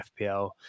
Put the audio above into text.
FPL